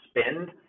spend